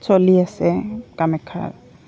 চলি আছে কামাখ্যাত